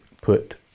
put